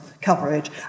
coverage